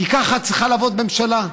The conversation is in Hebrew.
כי ככה צריכה לעבוד ממשלה,